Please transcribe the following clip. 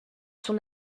son